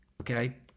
okay